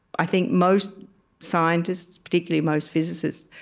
i think most scientists, particularly most physicists,